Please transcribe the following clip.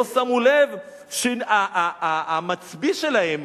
לא שמו לב שהמצביא שלהם